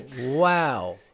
wow